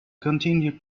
continued